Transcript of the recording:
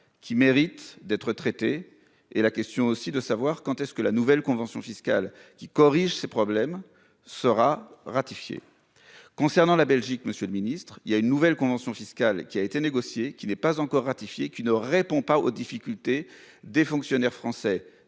qui mérite d'être traités et la question aussi de savoir quand est-ce que la nouvelle convention fiscale qui corrige ses problèmes sera ratifié. Concernant la Belgique. Monsieur le ministre, il y a une nouvelle convention fiscale qui a été négocié, qui n'est pas encore ratifié qui ne répond pas aux difficultés des fonctionnaires français,